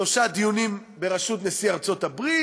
שלושה דיונים בראשות נשיא ארצות-הברית,